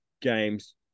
games